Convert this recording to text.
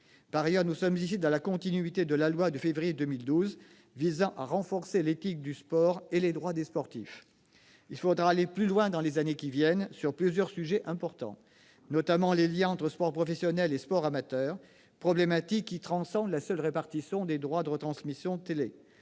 Par ailleurs, nous nous inscrivons ici dans la continuité de la loi du 1 février 2012 visant à renforcer l'éthique du sport et les droits des sportifs. Il faudra aller plus loin dans les années qui viennent sur plusieurs sujets importants. Il s'agit notamment des liens entre sport professionnel et sport amateur, une problématique qui transcende la seule répartition des droits télévisuels,